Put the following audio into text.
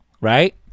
right